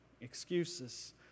Excuses